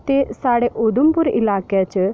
ते साढ़े उधमपुर इलाके च